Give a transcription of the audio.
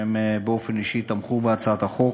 שהם באופן אישי תמכו בהצעת החוק,